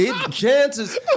Chances